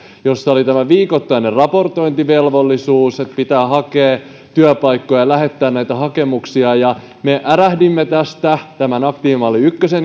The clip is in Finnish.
jossa oli tämä viikoittainen raportointivelvollisuus että pitää hakea työpaikkoja lähettää näitä hakemuksia me ärähdimme tästä jo tämän aktiivimalli